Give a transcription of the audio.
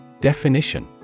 Definition